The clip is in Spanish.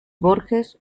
borges